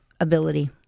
ability